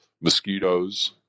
mosquitoes